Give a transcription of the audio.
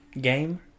game